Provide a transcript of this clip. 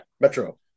Metro